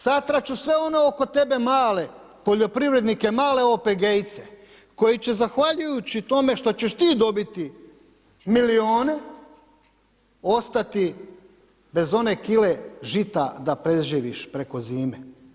Satrat ću sve one oko tebe male poljoprivrednike, male OPG-ice koji će zahvaljujući tome što ćeš ti dobiti milione ostati bez one kile žita da prežive preko zime.